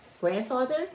grandfather